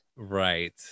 Right